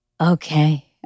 okay